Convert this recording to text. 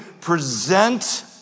present